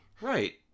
Right